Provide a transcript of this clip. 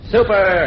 Super